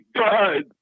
god